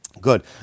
Good